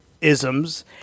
isms